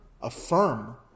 affirm